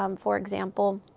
um for example,